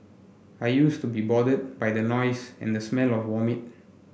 I used to be bothered by the noise and the smell of vomit